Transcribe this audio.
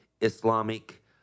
Islamic